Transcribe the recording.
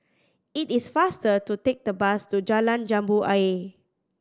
it is faster to take the bus to Jalan Jambu Ayer